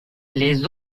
les